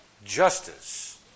Justice